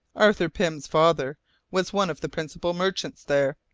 arthur pam's father was one of the principal merchants there,